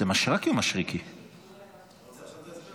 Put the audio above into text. בקריאה ראשונה ותחזור לוועדת הכלכלה